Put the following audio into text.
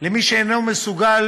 למי שאינו מסוגל